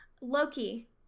Loki